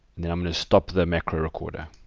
now i'm going to stop the macro recorder.